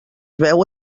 veu